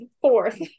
fourth